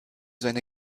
seine